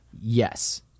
Yes